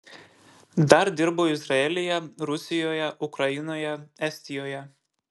dar dirbau izraelyje rusijoje ukrainoje estijoje